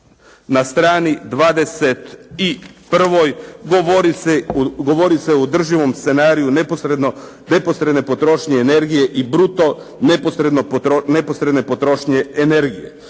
na strani 21. govori se o održivom scenariju nepotrebne potrošnje energije i bruto neposredne potrošnje energije.